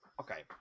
Okay